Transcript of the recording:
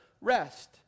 rest